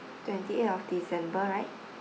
twenty-eight of december right okay